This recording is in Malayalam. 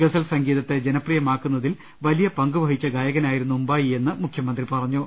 ഗസൽ സംഗീതത്തെ ജനപ്രിയമാക്കുന്നതിൽ വലിയ പങ്കു വഹിച്ച ഗായകനായിരുന്നു ഉമ്പായിയെന്ന് മുഖ്യമന്ത്രി പറഞ്ഞു